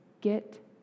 Get